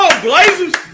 blazers